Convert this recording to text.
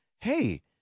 hey